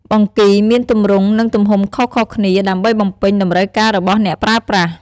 បង្គីមានទម្រង់ និងទំហំខុសៗគ្នាដើម្បីបំពេញតម្រូវការរបស់អ្នកប្រើប្រាស់។